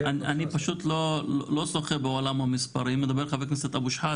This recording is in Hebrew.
אני פשוט לא שוחה בעולם המספרים, ה-22%,